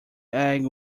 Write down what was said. egg